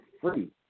free